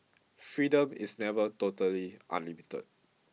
freedom is never totally unlimited